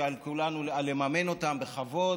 שעל כולנו לממן אותן בכבוד,